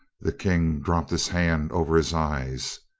the king dropped his hand over his eyes.